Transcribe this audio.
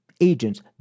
Agents